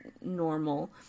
normal